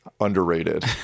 underrated